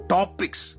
Topics